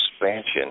expansion